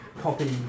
copy